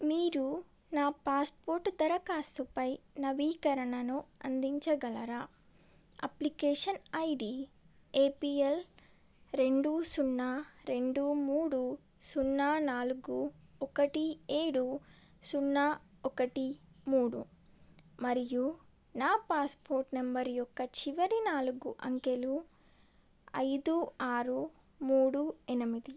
మీరు నా పాస్పోర్ట్ దరఖాస్తుపై నవీకరణను అందించగలరా అప్లికేషన్ ఐడీ ఏపీఎల్ రెండు సున్నా రెండు మూడు సున్నా నాలుగు ఒకటి ఏడు సున్నా ఒకటి మూడు మరియు నా పాస్పోర్ట్ నంబర్ యొక్క చివరి నాలుగు అంకెలు ఐదు ఆరు మూడు ఎనిమిది